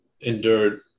endured